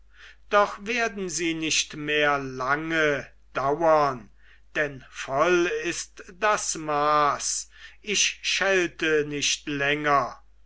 doch werden sie nicht mehr lange dauern denn voll ist das maß ich schelte nicht länger